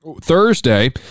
Thursday